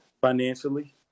financially